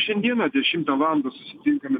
šiandieną dešimtą valandą susitinkame